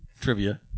Trivia